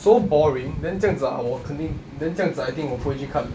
so boring then 这样子 ah 我肯定 then 这样子 I think 我不会去看